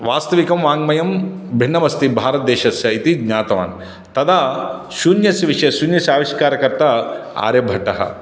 वास्तविकं वाङ्मयं भिन्नमस्ति भारतदेशस्य इति ज्ञातवान् तदा शून्यस्य विषये शून्यस्य आविष्कारकर्ता आर्यभट्टः